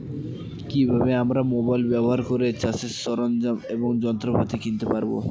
কি ভাবে আমরা মোবাইল ব্যাবহার করে চাষের সরঞ্জাম এবং যন্ত্রপাতি কিনতে পারবো?